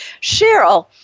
Cheryl